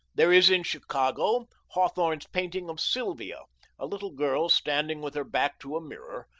there is in chicago, hawthorne's painting of sylvia a little girl standing with her back to a mirror,